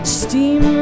steam